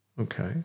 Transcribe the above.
okay